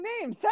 name